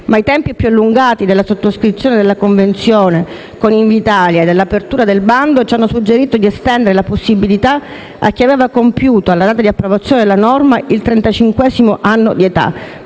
ma i tempi più allungati della sottoscrizione della convenzione con Invitalia e dell'apertura del bando ci hanno suggerito di estendere la possibilità a chi aveva compiuto, alla data di approvazione della norma, il trentacinquesimo anno di età,